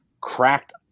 cracked